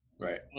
Right